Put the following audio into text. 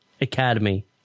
Academy